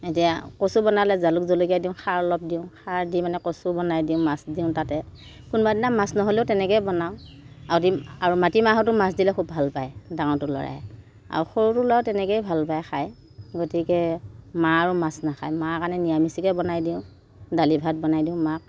এতিয়া কচু বনালে জালুক জলকীয়া দিওঁ খাৰ অলপ দিওঁ খাৰ দি মানে কচু বনাই দিওঁ মাছ দিওঁ তাতে কোনোবাদিনা মাছ নহ'লেও তেনেকৈয়ে বনাওঁ আৰু দিম আৰু মাটি মাহতো মাছ দিলে খুব ভাল পায় ডাঙৰটো ল'ৰাই আৰু সৰুটো ল'ৰায়ো তেনেকৈয়ে ভাল পায় খায় গতিকে মা আৰু মাছ নাখায় মাৰ কাৰণে নিৰামিষকৈ বনাই দিওঁ দালি ভাত বনাই দিওঁ মাক